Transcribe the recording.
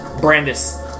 Brandis